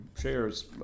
shares